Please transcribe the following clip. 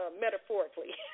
metaphorically